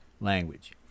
language